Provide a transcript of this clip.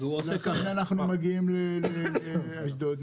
ולכן אנחנו מגיעים לאשדוד,